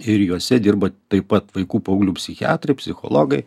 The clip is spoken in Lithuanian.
ir juose dirba taip pat vaikų paauglių psichiatrai psichologai